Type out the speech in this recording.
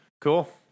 Cool